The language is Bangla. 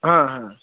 হ্যাঁ হ্যাঁ